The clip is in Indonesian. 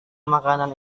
makanan